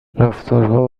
رفتارها